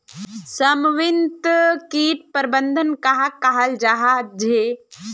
समन्वित किट प्रबंधन कहाक कहाल जाहा झे?